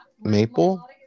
Maple